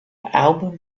album